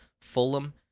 Fulham